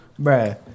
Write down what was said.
Bruh